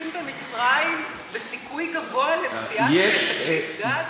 חיפושים במצרים וסיכוי גבוה למציאת מאגרי גז?